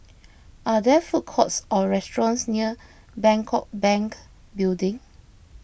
are there food courts or restaurants near Bangkok Bank Building